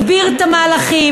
הסביר את המהלכים,